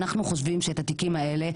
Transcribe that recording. אנחנו חושבים שאת התיקים האלה,